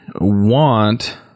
want